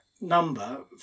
number